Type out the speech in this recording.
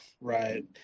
right